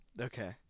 Okay